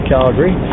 Calgary